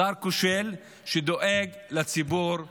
שר כושל שדואג לציבור שלו.